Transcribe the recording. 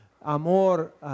amor